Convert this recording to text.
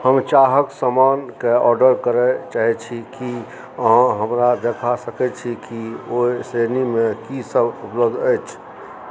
हम चाहक समान के ऑर्डर करय चाहे छी की अहाँ हमरा देखा सकैत छी कि ओहि श्रेणीमे की सब उपलब्ध अछि